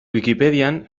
wikipedian